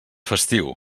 festiu